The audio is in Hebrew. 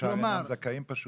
השאר אינם זכאים פשוט.